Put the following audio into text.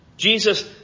Jesus